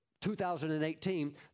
2018